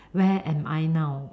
where am I now